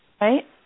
right